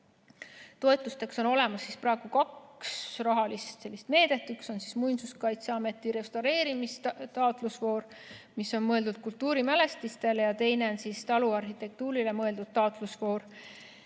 Toetusteks on olemas praegu kaks rahalist meedet. Üks on Muinsuskaitseameti restaureerimise taotlusvoor, mis on mõeldud kultuurimälestistele, ja teine on taluarhitektuurile mõeldud taotlusvoor.